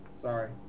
Sorry